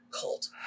cult